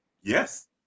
Yes